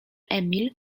emil